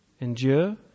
Endure